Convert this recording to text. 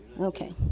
Okay